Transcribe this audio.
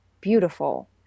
beautiful